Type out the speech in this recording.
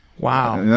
wow. and then,